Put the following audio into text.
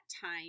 time